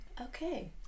Okay